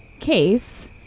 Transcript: case